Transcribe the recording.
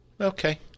okay